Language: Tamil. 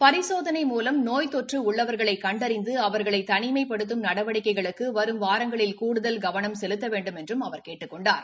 பரிசோதனை மூலம் நோய்தொற்று உள்ளவர்களை கண்டறிந்து அவர்களை தனிமைப்படுத்தும் நடவடிக்கைகளுக்கு வரும் வாரங்களில் கூடுதல் கவனம் செலுத்த வேண்டுமென்றும் அவர் கேட்டுக் கொண்டார்